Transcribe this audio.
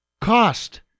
cost